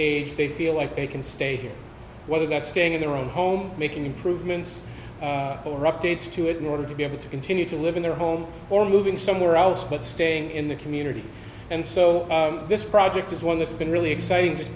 age they feel like they can stay here whether that's staying in their own home making improvements or updates to it in order to be able to continue to live in their home or moving somewhere else but staying in the community and so this project is one that's been really exciting just